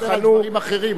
אני לא מדבר על דברים אחרים,